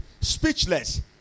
speechless